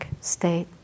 state